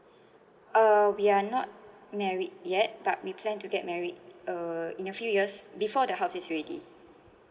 uh we are not married yet but we plan to get married uh in a few years before the house is ready